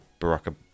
Barack